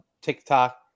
TikTok